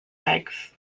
eggs